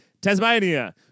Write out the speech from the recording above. Tasmania